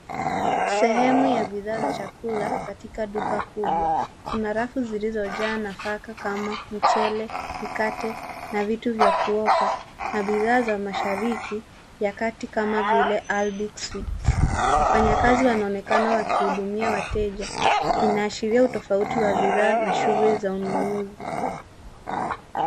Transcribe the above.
Sehemu ya bidhaa za chakula katika duka kubwa, kuna rafu zilizojaa nafaka kama mchele ,mikate na vitu vya kuoka na bidhaa za mashariki ya kati kama vile 'Albic sweets 'wafanyakazi wanaonekana wakihudumia wateja inaashiria utofauti wa bidhaa na shughuli za ununuzi.